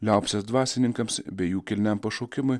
liaupses dvasininkams bei jų kilniam pašaukimui